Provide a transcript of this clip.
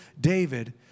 David